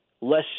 less